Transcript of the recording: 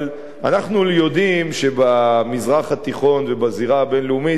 אבל אנחנו יודעים שבמזרח התיכון ובזירה הבין-לאומית